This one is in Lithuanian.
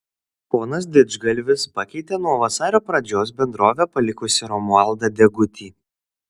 ponas didžgalvis pakeitė nuo vasario pradžios bendrovę palikusį romualdą degutį